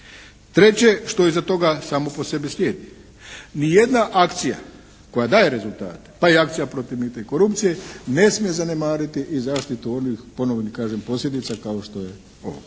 Treće što iza toga samo po sebi slijedi, nijedna akcija koja daje rezultate, pa i akcija protiv mita i korupcije ne smije zanemariti i zaštitu onih ponovo kažem posljedica kao što je ovo.